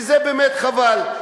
וזה באמת חבל.